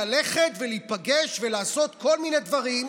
ללכת ולהיפגש ולעשות כל מיני דברים,